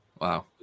Wow